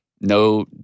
No